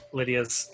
Lydia's